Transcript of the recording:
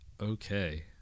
Okay